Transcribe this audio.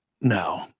No